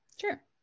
sure